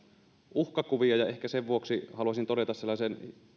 uhkakuvia ja ehkä sen vuoksi haluaisin todeta sellaisen